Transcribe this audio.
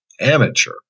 amateur